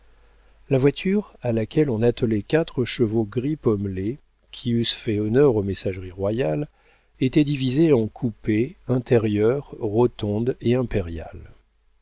la voiture à laquelle on attelait quatre chevaux gris pommelé qui eussent fait honneur aux messageries royales était divisée en coupé intérieur rotonde et impériale